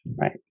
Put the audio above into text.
Right